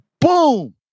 boom